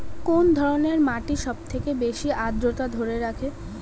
কোন ধরনের মাটি সবথেকে বেশি আদ্রতা ধরে রাখে?